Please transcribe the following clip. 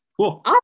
Cool